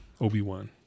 Obi-Wan